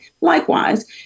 Likewise